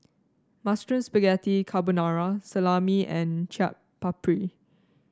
Mushroom Spaghetti Carbonara Salami and Chaat Papri